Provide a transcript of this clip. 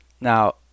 Now